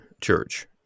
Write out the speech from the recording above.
Church